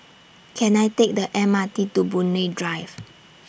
Can I Take The M R T to Boon Lay Drive